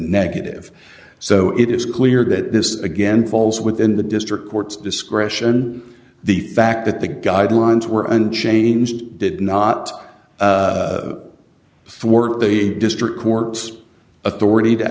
negative so it is clear that this again falls within the district court's discretion the fact that the guidelines were unchanged did not work the district court's authority to